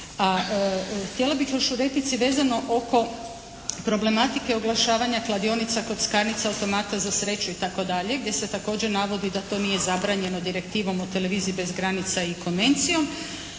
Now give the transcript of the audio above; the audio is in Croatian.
A htjela bih u replici vezano oko problematike oglašavanja kladionica, kockarnica, automata za sreću i tako dalje gdje se također navodi da to nije zabranjeno direktivom o televiziji bez granica i konvencijom